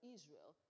Israel